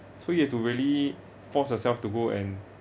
so you have to really force yourself to go and